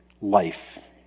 life